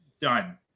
done